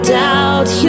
doubt